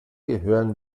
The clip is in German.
gehören